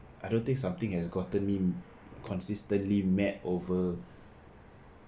I don't think something has gotten me consistently mad over